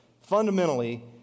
Fundamentally